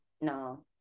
no